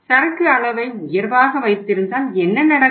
சரக்கு அளவை உயர்வாக வைத்திருந்தால் என்ன நடக்கும்